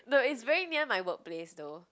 no it's very near my work place though